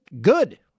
good